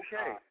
Okay